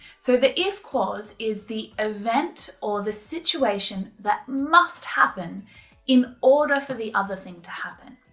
so the if clause is the event or the situation that must happen in order for the other thing to happen.